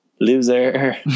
loser